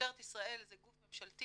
משטרת ישראל זה גוף ממשלתי,